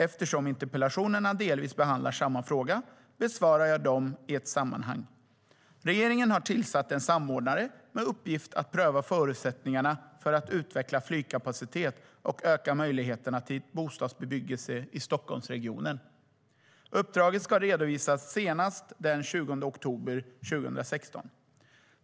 Eftersom interpellationerna delvis behandlar samma fråga besvarar jag dem i ett sammanhang. Regeringen har tillsatt en samordnare med uppgift att pröva förutsättningarna för att utveckla flygkapacitet och öka möjligheterna till bostadsbebyggelse i Stockholmsregionen. Uppdraget ska redovisas senast den 20 oktober 2016.